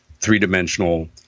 three-dimensional